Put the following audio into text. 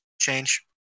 change